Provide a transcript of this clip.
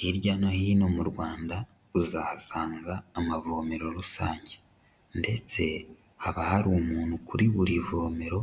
Hirya no hino mu Rwanda, uzahasanga amavomero rusange ndetse haba hari umuntu kuri buri vomero